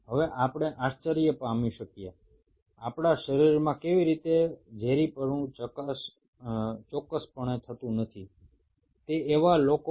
এখন আমরা এটা ভেবে বিস্মিত হতেই পারি যে কেন আমাদের শরীরে এই টক্সিসিটি ঘটে না